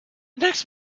next